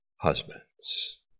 husbands